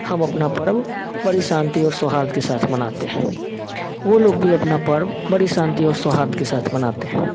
हम अपना पर्व बड़ी शांति और सुहारथ के साथ मनाते हैं वे लोग भी अपना पर्व बड़ी शांति और सुहारथ के साथ मनाते हैं